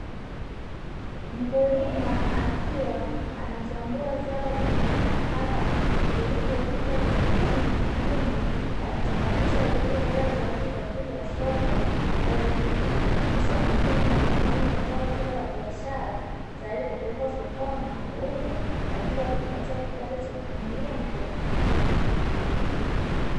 Mkulima akiwa anachambua zao jingi la kahawa zilizoiva za kijani na nyekundu, akitenganisha zilizo bora zaidi kwa ajili ya soko. Kazi hii inaonyesha umakini wa thamani ya zao hilo la biashara tayari kupelekwa sokoni na kuuzwa, kwa ajili ya kujipatia kipato cha familia na jamii.